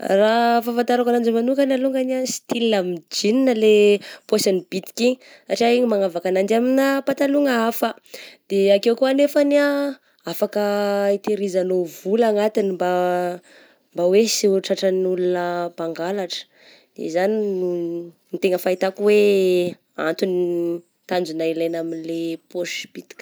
Raha fahafatarako ananjy manokany alongany ah, style amin'ny jeans le pôsiny bitika igny, satria igny manakava ananjy ah amigna patalogna hafa, de akeo ko anefany ah afaka hitehirizanao vola anatiny mba mba hoe sy ho tratran'ny olona mpangalatra, de izany no tegna fahitako hoe antony tanjona ilaigna amin'le pôsy bitika.